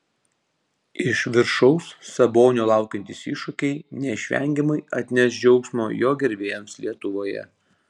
iš viršaus sabonio laukiantys iššūkiai neišvengiamai atneš džiaugsmo jo gerbėjams lietuvoje